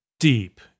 deep